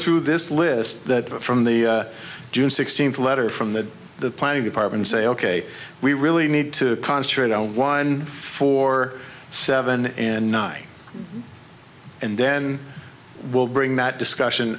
through this list that from the june sixteenth letter from the planning department say ok we really need to concentrate on one for seven and nine and then we'll bring that discussion